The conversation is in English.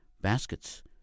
baskets